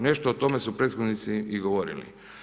Nešto o tome su prethodnici i govorili.